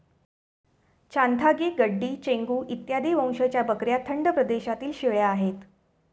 चांथागी, गड्डी, चेंगू इत्यादी वंशाच्या बकऱ्या थंड प्रदेशातील शेळ्या आहेत